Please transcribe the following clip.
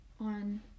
on